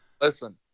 Listen